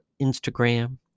Instagram